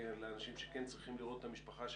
לאנשים שכן צריכים לראות את המשפחה שלהם,